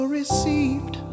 received